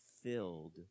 filled